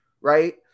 right